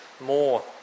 more